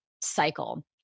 cycle